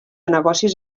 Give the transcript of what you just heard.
negocis